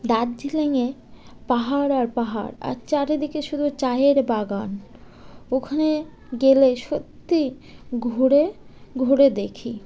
দার্জিলিঙে পাহাড় আর পাহাড় আর চারিদিকে শুধু চায়ের বাগান ওখানে গেলে সত্যি ঘুরে ঘুরে দেখি